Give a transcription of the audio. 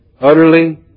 Utterly